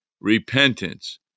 repentance